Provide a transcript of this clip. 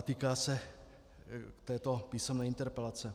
Týká se této písemné interpelace.